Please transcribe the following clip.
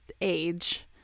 age